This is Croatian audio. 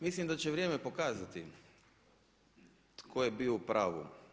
Mislim da će vrijeme pokazati tko je bio u pravu.